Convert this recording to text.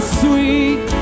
sweet